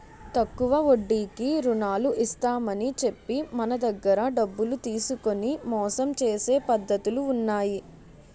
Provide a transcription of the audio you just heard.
తక్కువ వడ్డీకి రుణాలు ఇస్తామని చెప్పి మన దగ్గర డబ్బులు తీసుకొని మోసం చేసే పద్ధతులు ఉన్నాయి